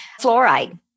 Fluoride